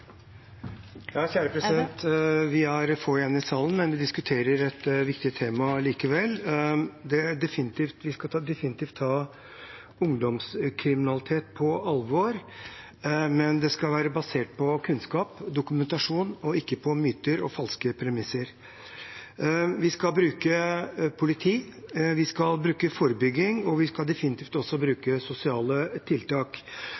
få igjen i salen, men vi diskuterer et viktig tema likevel. Vi skal definitivt ta ungdomskriminalitet på alvor, men det skal være basert på kunnskap og dokumentasjon og ikke på myter og falske premisser. Vi skal bruke politi, vi skal bruke forebygging, og vi skal definitivt også bruke sosiale tiltak.